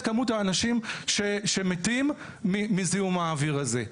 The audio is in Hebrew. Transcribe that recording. כמות האנשים שמתים מזיהום האוויר הזה.